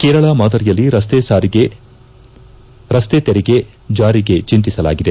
ಕೇರಳ ಮಾದರಿಯಲ್ಲಿ ರಸ್ತೆ ತೆರಿಗೆ ಜಾರಿಗೆ ಚಂತಿಸಲಾಗಿದೆ